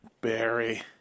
Barry